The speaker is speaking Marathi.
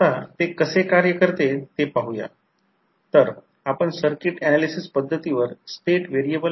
येथे जे लिहिले गेले आहे तेच लागू करा मॅग्नेटिक सर्किटचा हॅण्ड रुल लागू करा कंडक्टरला करंटच्या दिशेने पकडा आणि ही फ्लक्सची दिशा असेल